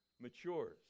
matures